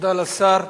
תודה לשר.